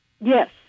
Yes